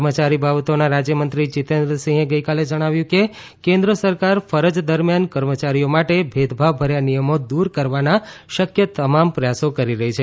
કર્મચારી બાબતોના રાજયમંત્રી જીતેન્દ્રસીંહે ગઇકાલે જણાવ્યું કે કેન્દ્ર સરકાર ફરજ દરમિયાન કર્મચારીઓ માટે ભેદભાવભર્યા નિયમો દુર કરવાના શકય તમામ પ્રયાસો કરી રહી છે